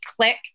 click